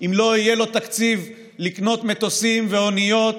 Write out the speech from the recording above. אם לא יהיה לו תקציב לקנות מטוסים ואוניות